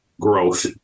growth